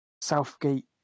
Southgate